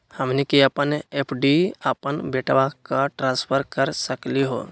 हमनी के अपन एफ.डी अपन बेटवा क ट्रांसफर कर सकली हो?